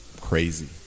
crazy